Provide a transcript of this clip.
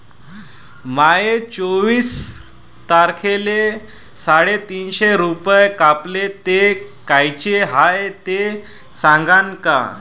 माये चोवीस तारखेले साडेतीनशे रूपे कापले, ते कायचे हाय ते सांगान का?